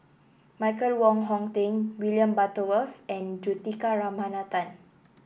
Michael Wong Hong Teng William Butterworth and Juthika Ramanathan